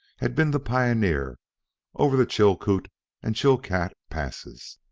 had been the pioneer over the chilcoot and chilcat passes.